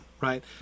right